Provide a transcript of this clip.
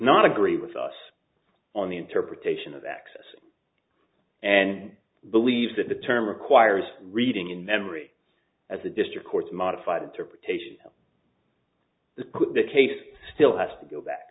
not agree with us on the interpretation of access and believe that the term requires reading in memory as a district court modified to petition the case still has to go back